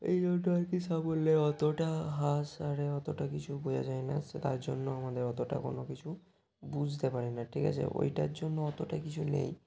এই জন্য আর কি সাফল্যের অতটা হ্রাস আরে অতটা কিছু বোঝা যায় না সে তার জন্য আমাদের অতটা কোনো কিছু বুঝতে পারি না ঠিক আছে ওইটার জন্য অতটা কিছু নেই